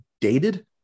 dated